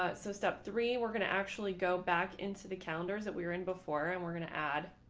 ah so step three, we're going to actually go back into the calendars that we were in before and we're going to add.